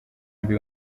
mbi